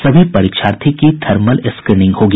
सभी परीक्षार्थी की थर्मल स्क्रीनिंग होगी